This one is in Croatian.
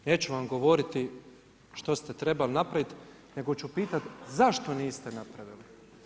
Neću vam govoriti što ste trebali napraviti, nego ću pitat zašto niste napravili?